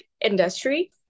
industry